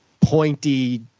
pointy